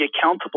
accountable